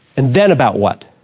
and then about what.